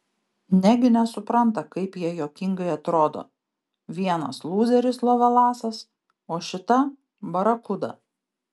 negi nesupranta kaip jie juokingai atrodo vienas lūzeris lovelasas o šita barakuda